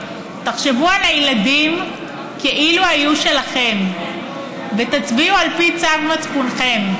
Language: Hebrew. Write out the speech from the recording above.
תחשבו על הילדים כאילו היו שלכם ותצביעו על פי צו מצפונכם.